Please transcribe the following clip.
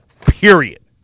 period